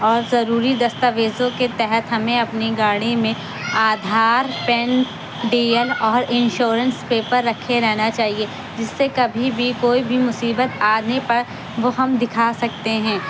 اور ضروری دستاویزوں کے تحت ہمیں اپنی گاڑی میں آدھار پین ڈی ایل اور انشورینش پیپر رکھے رہنا چاہیے جس سے کبھی بھی کوئی بھی مصیبت آنے پر وہ ہم دکھا سکتے ہیں